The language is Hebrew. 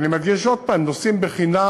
ואני מדגיש עוד הפעם: הם נוסעים בחינם